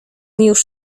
już